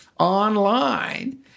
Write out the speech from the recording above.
online